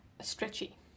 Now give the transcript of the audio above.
stretchy